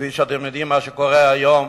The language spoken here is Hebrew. כפי שאתם יודעים שקורה היום